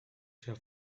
chair